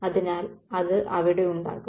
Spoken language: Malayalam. അതിനാൽ അത് അവിടെ ഉണ്ടാകും